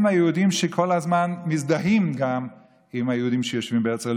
הם היהודים שכל הזמן מזדהים גם עם היהודים שיושבים בארץ ישראל,